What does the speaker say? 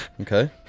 Okay